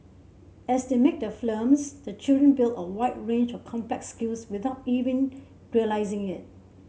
as they make their films the children build a wide range of complex skills without even realising it